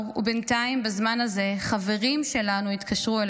ובינתיים בזמן הזה חברים שלנו התקשרו אלינו.